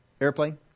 airplane